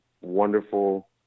wonderful